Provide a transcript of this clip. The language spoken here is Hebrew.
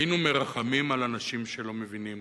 היינו מרחמים על אנשים שלא מבינים.